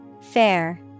Fair